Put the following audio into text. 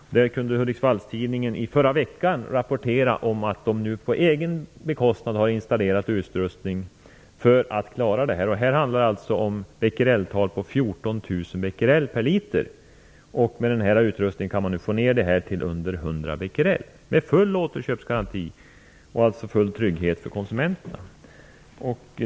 Därifrån kunde Hudiksvallstidningen i förra veckan rapportera att man på egen bekostnad har installerat utrustning för att klara problemet. Här handlar det om 14 000 becquerel per liter. Med den här utrustningen kan man få ned nivån till under 100 becquerel. Full återköpsgaranti gäller och alltså full trygghet för konsumenterna.